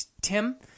Tim